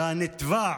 וגם הנתבע,